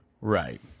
Right